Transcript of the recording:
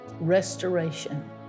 restoration